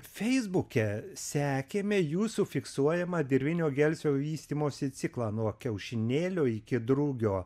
feisbuke sekėme jūsų fiksuojamą dirvinio gelsvio vystymosi ciklą nuo kiaušinėlio iki drugio